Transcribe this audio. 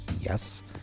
yes